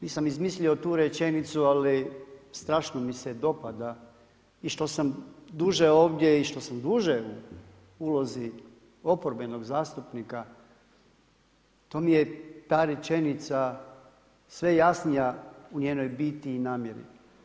Nisam izmislio tu rečenicu ali strašno mi se dopada i što sam duže ovdje i što sam duže u ulozi oporbenog zastupnika, to mi je ta rečenica sve jasnija u njenoj biti i namjeri.